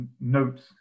notes